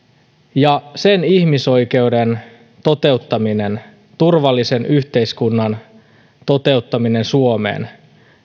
ja sen ihmisoikeuden toteuttaminen turvallisen yhteiskunnan toteuttaminen suomeen